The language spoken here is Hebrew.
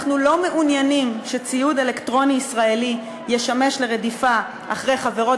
אנחנו לא מעוניינים שציוד אלקטרוני ישראלי ישמש לרדיפה אחרי חברות